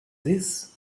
this